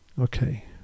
Okay